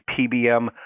PBM